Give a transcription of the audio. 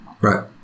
Right